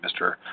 Mr